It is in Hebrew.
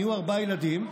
נהיו ארבעה ילדים,